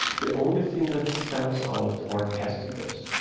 the only thing that stands out are testicles.